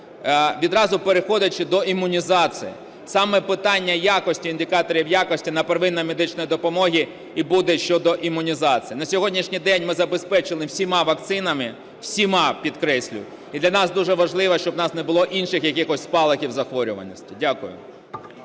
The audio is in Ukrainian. Відразу переходячи до імунізації. Саме питання якості, індикаторів якості на первинну медичну допомогу і буде щодо імунізації. На сьогоднішній день ми забезпечені всіма вакцинами, всіма, підкреслюю, і для нас дуже важливо, щоб у нас не було інших якихось спалахів захворюваності. Дякую.